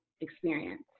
experience